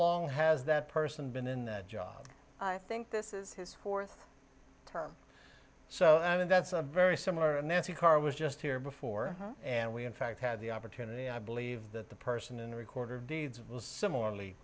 long has that person been in that job i think this is his fourth term so i mean that's very similar and the car was just here before and we in fact had the opportunity i believe that the person in the recorder deeds was similarly